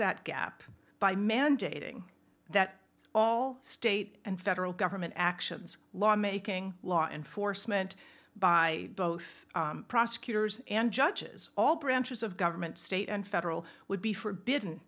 that gap by mandating that all state and federal government actions lawmaking law enforcement by both prosecutors and judges all branches of government state and federal would be forbidden